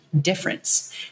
difference